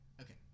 Okay